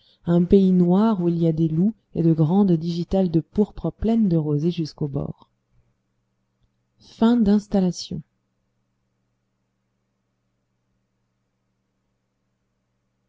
un pays noir où il y a des loups et de grandes digitales de pourpre pleines de rosée jusqu'au bord